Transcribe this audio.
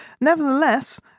Nevertheless